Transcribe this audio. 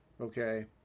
okay